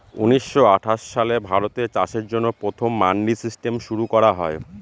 উনিশশো আঠাশ সালে ভারতে চাষের জন্য প্রথম মান্ডি সিস্টেম শুরু করা হয়